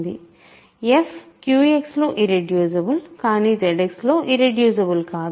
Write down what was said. f QX లో irreducible కానీ ZX లో ఇర్రెడ్యూసిబుల్ కాదు